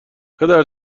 پدر